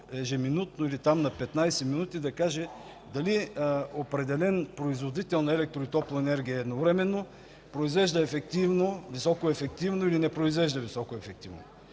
ежеминутно или на 15 минути да каже дали определен производител на електро- и топлоенергия едновременно произвежда високоефективно или не произвежда високоефективно.